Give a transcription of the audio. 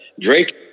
Drake